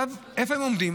עכשיו, איפה הם עומדים?